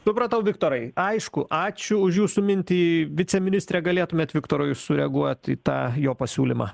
supratau viktorai aišku ačiū už jūsų mintį viceministre galėtumėt viktorui sureaguot į tą jo pasiūlymą